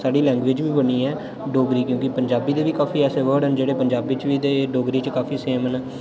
साढ़ी लैंग्वेज़ बी बनी ऐ डोगरी क्योंकि पंजाबी दे बी काफी ऐसे वर्ड न जेह्डे़ पंजाबी च बी ते डोगरी च काफी सेम न